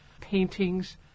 paintings